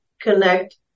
connect